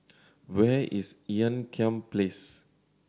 where is Ean Kiam Place